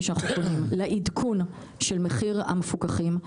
שאנחנו קונים לעדכון של מחיר המפוקחים,